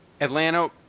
Atlanta